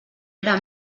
era